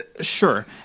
Sure